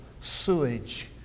sewage